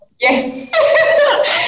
Yes